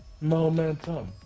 Momentum